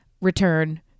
return